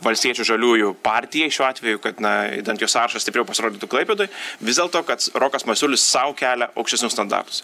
valstiečių žaliųjų partijai šiuo atveju kad na idant jos sąrašas stipriau pasirodytų klaipėdoj vis dėlto kad rokas masiulis sau kelia aukštesnius standartus